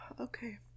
okay